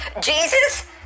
Jesus